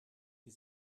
die